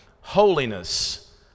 holiness